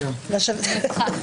היום ח' תמוז תשפ"ג.